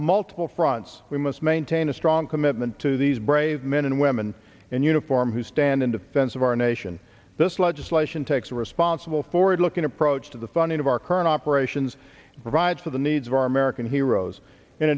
multiple fronts we must maintain a strong commitment to these brave men and women in uniform who stand in defense of our nation this legislation techs are responsible forward looking approach to the funding of our current operations rides for the needs of our american heroes in